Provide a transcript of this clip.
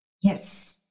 Yes